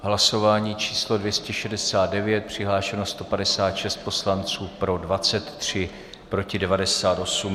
Hlasování číslo 269, přihlášeno 156 poslanců, pro 23, proti 98.